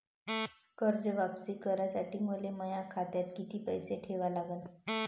कर्ज वापिस करासाठी मले माया खात्यात कितीक पैसे ठेवा लागन?